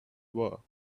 were